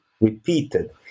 repeated